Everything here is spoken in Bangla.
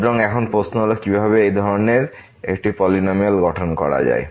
সুতরাং এখন প্রশ্ন হল কিভাবে এই ধরনের একটি পলিনমিয়াল গঠন করা যায়